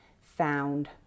found